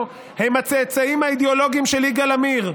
הם הצאצאים האידיאולוגיים של יגאל עמיר.